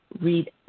read